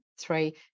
three